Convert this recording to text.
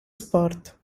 sport